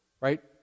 Right